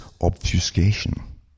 obfuscation